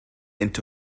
into